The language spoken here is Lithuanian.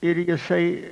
ir jisai